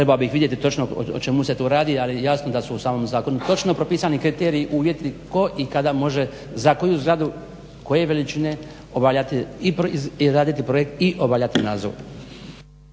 trebao bih vidjeti točno o čemu se tu radi ali jasno da se u samom zakonu točno propisani kriteriji i uvjeti tko i kada može za koju zgrade koje veličine i raditi projekt i obavljati nadzor.